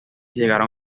llegaron